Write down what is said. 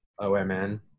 OMN